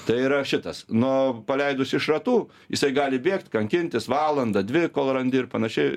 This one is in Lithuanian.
tai yra šitas nu o paleidus iš šratų jisai gali bėgt kankintis valandą dvi kol randi ir panašiai